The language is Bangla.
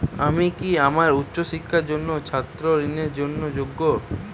আমি কি আমার উচ্চ শিক্ষার জন্য ছাত্র ঋণের জন্য যোগ্য?